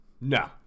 No